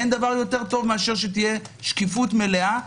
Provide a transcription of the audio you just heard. אין דבר טוב יותר משקיפות מלאה.